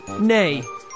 Nay